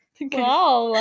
Wow